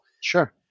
sure